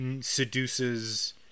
seduces